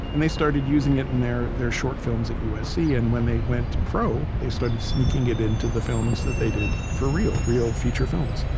and they started using it in their their short films at usc, and when they went to pro, they started sneaking it into the films that they did for real. real, feature films